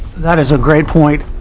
that is a great point.